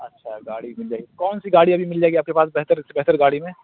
اچھا گاڑی مل جائے گی کون سی گاڑی ابھی مل جائے گی آپ کے پاس بہتر سے بہتر گاڑی میں